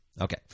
Okay